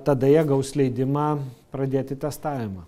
tada jie gaus leidimą pradėti testavimą